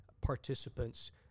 participants